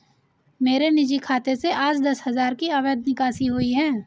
मेरे निजी खाते से आज दस हजार की अवैध निकासी हुई है